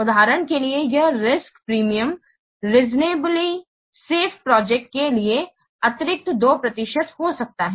उदाहरण के लिए यह risk premium reasonably safe projects के लिए अतिरिक्त 2 प्रतिशत हो सकता है